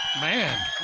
Man